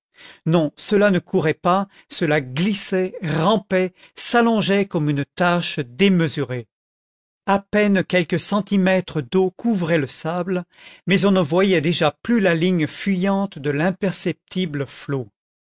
non cela ne courait pas cela glissait rampait s'allongeait comme une tache démesurée a peine quelques centimètres d'eau couvraient le sable mais mais on ne voyait plus déjà la ligne fuyante de l'imperceptible flot